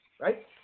right